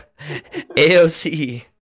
AOC